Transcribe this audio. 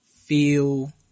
feel